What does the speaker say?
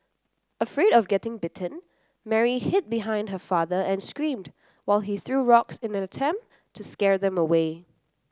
afraid of getting bitten Mary hid behind her father and screamed while he threw rocks in an attempt to scare them away